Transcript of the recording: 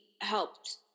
helped